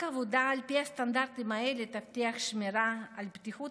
רק עבודה על פי סטנדרטים האלה תבטיח שמירה על בטיחות